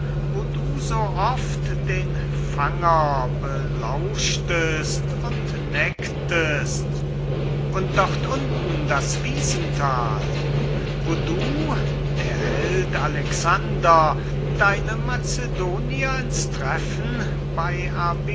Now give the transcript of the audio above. wo du so oft den fanger belauschtest und nektest und dort unten das wiesenthal wo du der held alexander deine macedonier ins treffen bey